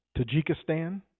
Tajikistan